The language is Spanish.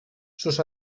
sus